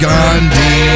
Gandhi